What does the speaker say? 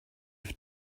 have